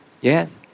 Yes